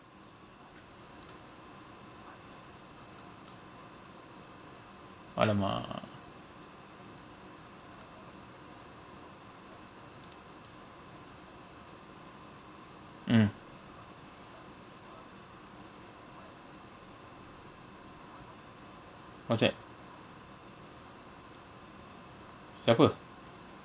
!alamak! mm what's that siapa